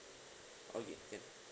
okay can